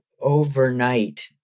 overnight